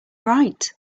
write